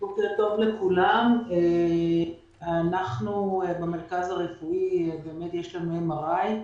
בוקר טוב לכולם, במרכז הרפואי שלנו יש MRI,